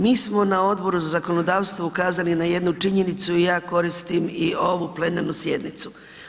Mi smo na Odboru za zakonodavstvo ukazali na jednu činjenicu i ja koristim i ovu plenarnu sjednicu.